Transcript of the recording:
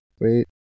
Wait